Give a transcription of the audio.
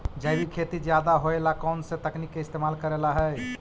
जैविक खेती ज्यादा होये ला कौन से तकनीक के इस्तेमाल करेला हई?